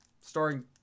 starring